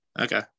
okay